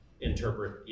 interpret